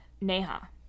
neha